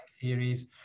theories